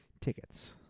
tickets